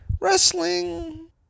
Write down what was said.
Wrestling